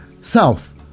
south